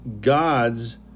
God's